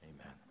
amen